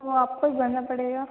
वो आप को ही भरना पड़ेगा